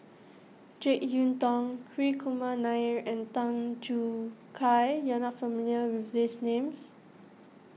Jek Yeun Thong Hri Kumar Nair and Tan Choo Kai you are not familiar with these names